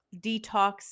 detox